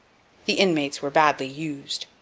the inmates were badly used.